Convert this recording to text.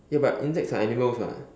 ya but insects are animals [what]